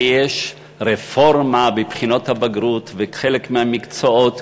יש רפורמה בבחינות הבגרות וחלק מהמקצועות,